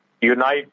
unite